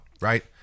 right